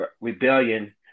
rebellion